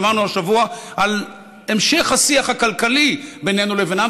שמענו השבוע על המשך השיח הכלכלי ביננו לבינם,